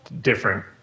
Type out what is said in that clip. different